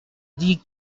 dit